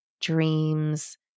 dreams